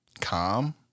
calm